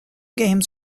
games